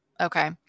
Okay